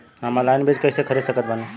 हम ऑनलाइन बीज कइसे खरीद सकत बानी?